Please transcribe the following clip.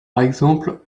exemple